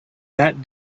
that